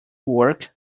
work